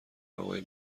آقای